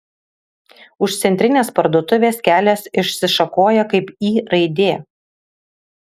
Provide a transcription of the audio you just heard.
už centrinės parduotuvės kelias išsišakoja kaip y raidė